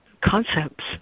concepts